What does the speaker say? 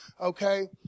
okay